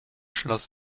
schloss